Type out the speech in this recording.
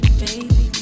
baby